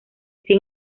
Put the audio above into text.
sin